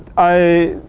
i